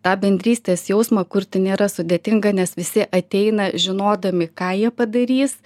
tą bendrystės jausmą kurti nėra sudėtinga nes visi ateina žinodami ką jie padarys